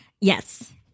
Yes